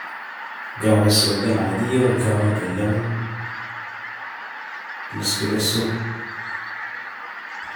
قهوة السودة العادية و القهوة بي اللبن و<espresso>